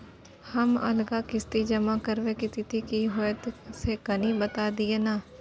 हमर अगला किस्ती जमा करबा के तिथि की होतै से कनी बता दिय न?